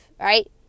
right